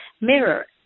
mirror